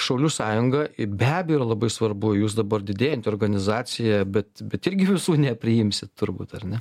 šaulių sąjunga be abejo labai svarbu jūs dabar didėjanti organizacija bet bet irgi visų nepriimsi turbūt ar ne